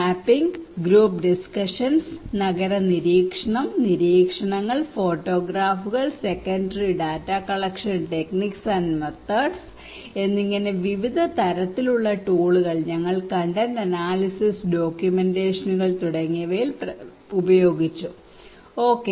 mapping group discussions നഗര നിരീക്ഷണം നിരീക്ഷണങ്ങൾ ഫോട്ടോഗ്രാഫുകൾ secondary data collection techniques and methods എന്നിങ്ങനെ വിവിധ തരത്തിലുള്ള ടൂളുകൾ ഞങ്ങൾ കണ്ടെന്റ് അനാലിസിസ് ഡോക്യുമെന്റേഷനുകൾ തുടങ്ങിയവയിൽ ഉപയോഗിച്ചു ഓകെ